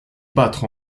battre